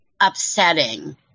upsetting